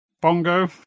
Bongo